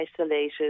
isolated